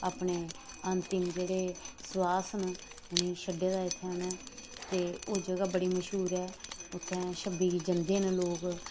अपने अंतिम जेह्ड़े सोआस न उ'नें ई छड्डे दा इ'त्थें ते ओह् जगह् बड़ी मशहूर ऐ उ'त्थें शब्बी गी जंदे न लोग